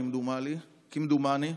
כמדומני,